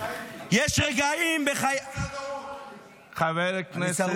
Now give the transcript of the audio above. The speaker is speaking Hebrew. יש רגעים בחיי ------ חבר הכנסת.